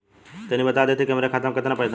तनि बता देती की हमरे खाता में कितना पैसा बा?